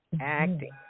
acting